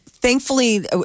Thankfully